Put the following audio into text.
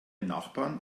nachbarn